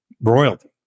royalty